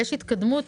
יש התקדמות,